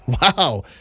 wow